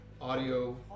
audio